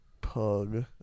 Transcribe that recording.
Pug